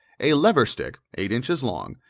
a lever-stick, eight inches long,